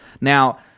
Now